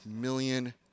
million